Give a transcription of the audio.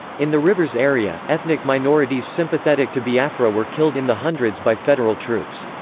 in the rivers area, ethnic minorities sympathetic to biafra were killed in the hundreds by federal troops.